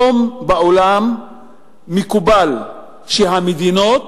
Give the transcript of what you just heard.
בעולם היום מקובל שהמדינות